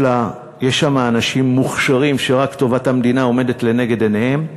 יש שם אנשים מוכשרים שרק טובת המדינה עומדת לנגד עיניהם.